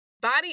body